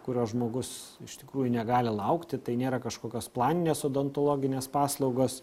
kurios žmogus iš tikrųjų negali laukti tai nėra kažkokios planinės odontologinės paslaugos